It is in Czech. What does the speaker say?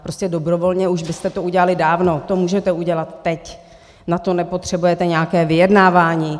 Prostě dobrovolně byste to udělali dávno, to můžete udělat teď, na to nepotřebujete nějaké vyjednávání.